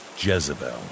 Jezebel